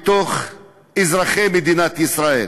בקרב אזרחי מדינת ישראל.